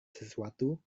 sesuatu